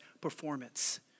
performance